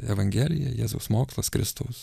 evangelija jėzaus mokslas kristaus